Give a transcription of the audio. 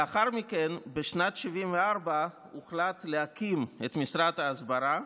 לאחר מכן, בשנת 1974, הוחלט להקים את משרד ההסברה,